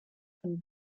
von